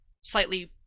slightly